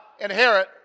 inherit